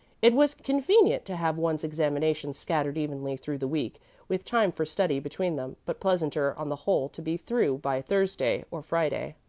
it was convenient to have one's examinations scattered evenly through the week with time for study between them, but pleasanter on the whole to be through by thursday or friday,